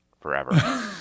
forever